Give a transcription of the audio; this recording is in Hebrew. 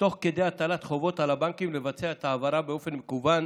תוך כדי הטלת חובות על הבנקים לבצע את ההעברה באופן מקוון,